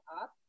up